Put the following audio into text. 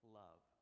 love